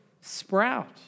sprout